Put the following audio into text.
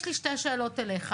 יש לי שתי שאלות אליך.